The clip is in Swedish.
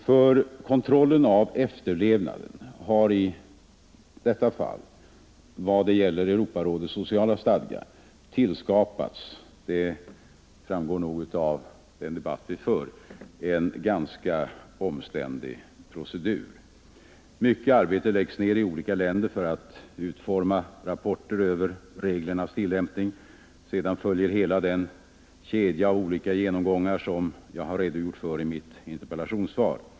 För kontrollen av efterlevnaden har det såvitt det gäller Europarådets sociala stadga — det framgår nog av den debatt vi för — tillskapats en ganska omständlig procedur. Mycket arbete läggs ner i olika länder för att utforma rapporter över reglernas tillämpning. Sedan följer hela den kedja av olika genomgångar som jag har redogjort för i mitt interpellationssvar.